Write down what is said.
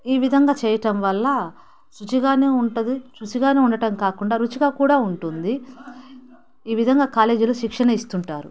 ఈ విధంగా చేయటం వల్ల శుచిగాను ఉంటుంది శుచిగానూ ఉండటం కాకుండా రుచిగా కూడా ఉంటుంది ఈ విధంగా కాలేజీలో శిక్షణ ఇస్తుంటారు